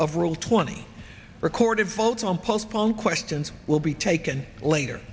of rule twenty recorded votes on postpone questions will be taken later